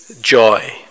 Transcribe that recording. joy